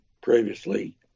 previously